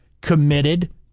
committed